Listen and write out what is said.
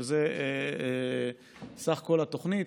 שזה סך כל התוכנית,